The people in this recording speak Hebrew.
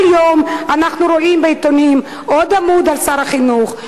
כל יום אנחנו קוראים בעיתונים עוד עמוד על שר החינוך,